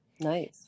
Nice